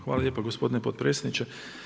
Hvala lijepa gospodine podpredsjedniče.